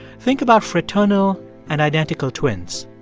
think about fraternal and identical twins.